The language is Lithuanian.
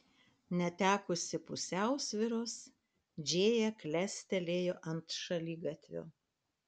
netekusi pusiausvyros džėja klestelėjo ant šaligatvio